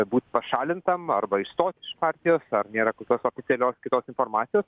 būt pašalintam arba išstot iš partijos ar nėra kokios oficialios kitos informacijos